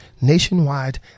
nationwide